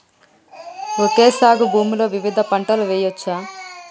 Okay సాగు భూమిలో వివిధ పంటలు వెయ్యచ్చా?